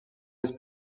les